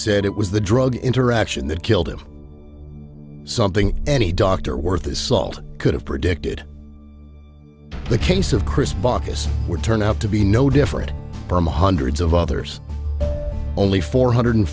said it was the drug interaction that killed it something any doctor worth his salt could have predicted the case of chris baucus would turn out to be no different from hundreds of others only four hundred